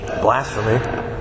blasphemy